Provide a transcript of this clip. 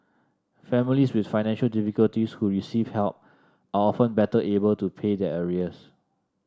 families with financial difficulties who receive help are often better able to pay their arrears